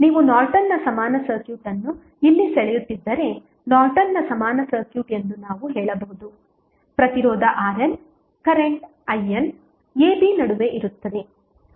ನೀವು ನಾರ್ಟನ್ನ ಸಮಾನ ಸರ್ಕ್ಯೂಟ್ ಅನ್ನು ಇಲ್ಲಿ ಸೆಳೆಯುತ್ತಿದ್ದರೆ ನಾರ್ಟನ್ನ ಸಮಾನ ಸರ್ಕ್ಯೂಟ್ ಎಂದು ನಾವು ಹೇಳಬಹುದು ಪ್ರತಿರೋಧ RN current IN a b ನಡುವೆ ಇರುತ್ತದೆ